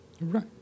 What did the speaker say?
Right